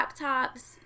laptops